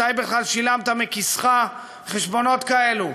מתי בכלל שילמת מכיסך חשבונות כאלה,